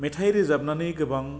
मेथाय रोजाबनानै गोबां